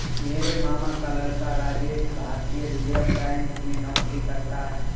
मेरे मामा का लड़का राजेश भारतीय रिजर्व बैंक में नौकरी करता है